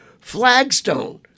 Flagstone